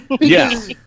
Yes